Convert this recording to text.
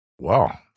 Wow